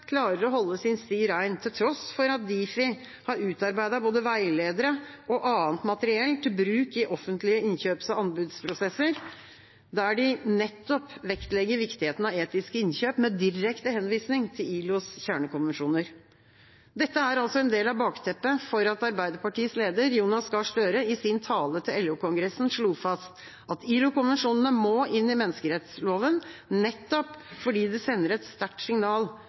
klarer å holde sin sti rein, til tross for at Difi har utarbeidet både veiledere og annet materiell til bruk i offentlige innkjøps- og anbudsprosesser, der de nettopp vektlegger viktigheten av etiske innkjøp, med direkte henvisning til ILOs kjernekonvensjoner. Dette er en del av bakteppet for at Arbeiderpartiets leder, Jonas Gahr Støre, i sin tale til LO-kongressen slo fast at ILO-konvensjonene må inn i menneskerettsloven, nettopp fordi det sender et sterkt signal.